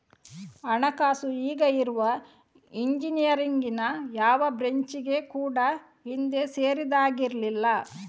ಹಣಕಾಸು ಈಗ ಇರುವ ಇಂಜಿನಿಯರಿಂಗಿನ ಯಾವ ಬ್ರಾಂಚಿಗೆ ಕೂಡಾ ಹಿಂದೆ ಸೇರಿದ್ದಾಗಿರ್ಲಿಲ್ಲ